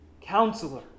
Counselor